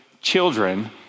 children